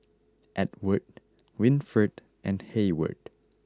Edward Winfred and Heyward